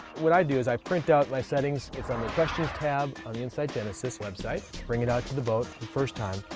what i do is print out my settings. it's on the questions tab on the insight genesis website bring it out to the boat the first time,